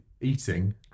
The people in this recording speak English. eating